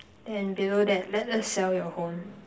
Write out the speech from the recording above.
and below that let us sell your home